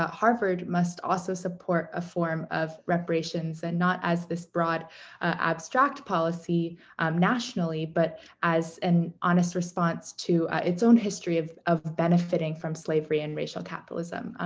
ah harvard must also support a form of reparations. and not as this broad abstract policy nationally, but as an honest response to its own history of of benefiting from slavery and racial capitalism.